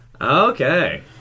Okay